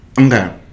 okay